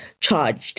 charged